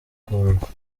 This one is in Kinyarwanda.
kuvugururwa